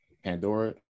Pandora